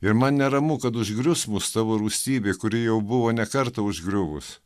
ir man neramu kad užgrius mus tavo rūstybė kuri jau buvo ne kartą užgriuvus